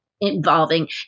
involving